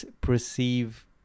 perceive